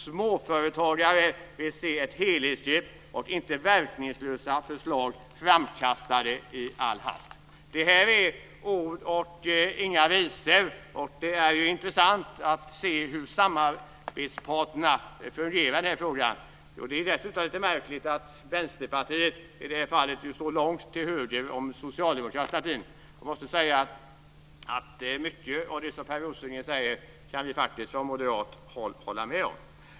Småföretagare vill se ett helhetsgrepp och inte verkningslösa förslag framkastade i all hast." Det här är ord och inga visor. Det vore intressant att se hur samarbetet fungerar i den frågan. Det är dessutom lite märkligt att Vänsterpartiet i det här fallet står långt till höger om socialdemokratin. Jag måste konstatera att mycket av det som Per Rosengren säger kan vi faktiskt från moderat håll hålla med om.